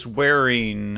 wearing